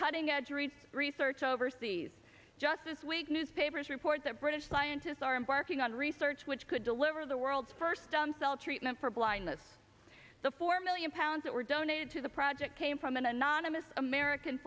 cutting edge research research overseas just this week newspapers report that british scientists are embarking on research which could deliver the world's first on cell treatment for blindness the four million pounds that were donated to the project came from an anonymous american